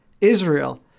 Israel